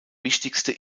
wichtigste